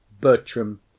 Bertram